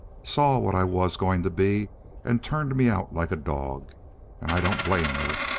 saw what i was going to be and turned me out like a dog! and i don't blame her.